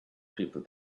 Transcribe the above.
people